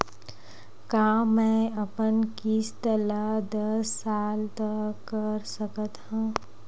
का मैं अपन किस्त ला दस साल तक कर सकत हव?